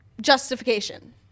Justification